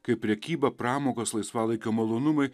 kai prekyba pramogos laisvalaikio malonumai